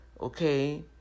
okay